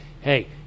hey